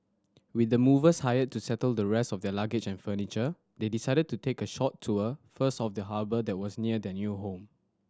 with the movers hired to settle the rest of their luggage and furniture they decided to take a short tour first of the harbour that was near their new home